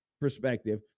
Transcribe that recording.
perspective